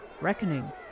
reckoning